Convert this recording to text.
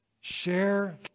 Share